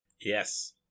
Yes